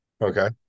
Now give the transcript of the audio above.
okay